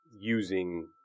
using